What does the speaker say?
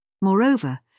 Moreover